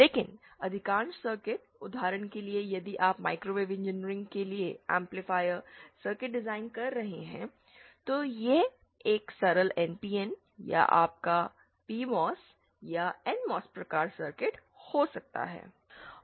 लेकिन अधिकांश सर्किट उदाहरण के लिए यदि आप माइक्रोवेव इंजीनियरिंग के लिए एम्पलीफायर सर्किट डिजाइन कर रहे हैं तो यह एक सरल एनपीएन या आपका पीएमओएस या एनएमओएस प्रकार सर्किट हो सकता है